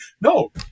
No